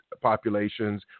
populations